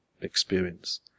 experience